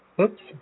Oops